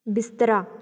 ਬਿਸਤਰਾ